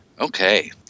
Okay